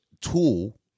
tool